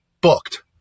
booked